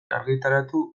argitaratu